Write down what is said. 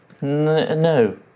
No